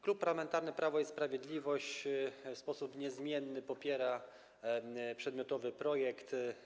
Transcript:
Klub Parlamentarny Prawo i Sprawiedliwość w sposób niezmienny popiera przedmiotowy projekt.